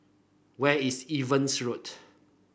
where is Evelyn's Road